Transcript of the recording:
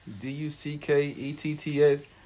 D-U-C-K-E-T-T-S